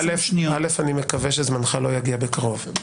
אל"ף, מקווה שזמנך לא יגיע בקרוב.